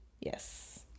yes